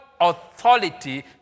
Authority